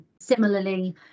Similarly